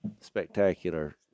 spectacular